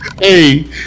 Hey